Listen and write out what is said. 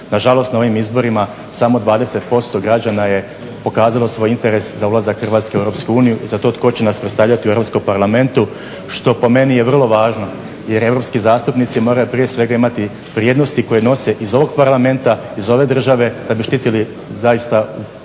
Nažalost, na ovim izborima samo 20% građana je pokazalo svoj interes za ulazak Hrvatske u EU, za to tko će nas predstavljati u Europskom parlamentu što po meni je vrlo važno jer europski zastupnici moraju prije svega imati vrijednosti koje nose iz ovog parlamenta, iz ove države da bi štitili zaista u